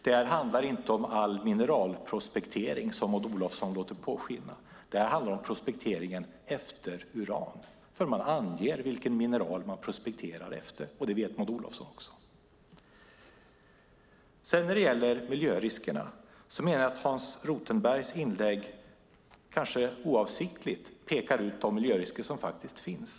Det handlar inte om all mineralprospektering, som Maud Olofsson låter påskina. Det handlar om prospektering efter uran, för man anger vilken mineral man prospekterar efter, och det vet Maud Olofsson också. När det gäller miljöriskerna menar jag att Hans Rothenbergs inlägg, kanske oavsiktligt, pekar ut de miljörisker som faktiskt finns.